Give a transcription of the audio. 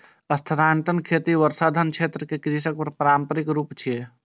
स्थानांतरण खेती वर्षावन क्षेत्र मे कृषिक पारंपरिक रूप छियै